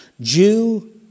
Jew